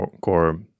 core